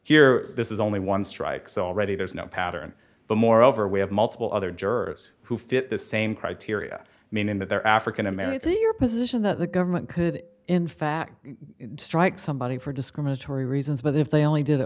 here this is only one strike so already there's no pattern but moreover we have multiple other jurors who fit the same criteria meaning that they're african american in your position that the government did in fact strike somebody for discriminatory reasons but if they only d